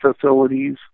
facilities